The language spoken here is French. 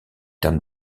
terme